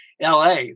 LA